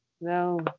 no